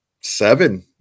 seven